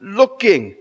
looking